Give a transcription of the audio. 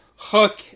Hook